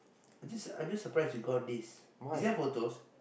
I just I just surprise you got his is there photos